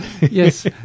Yes